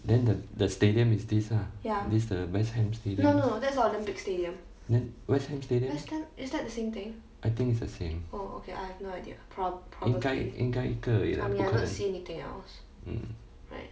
then the the stadium is this ah this the west ham stadi~ then west ham stadium eh I think it's the same 应该应该一个而已啦不可能 mm